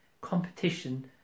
competition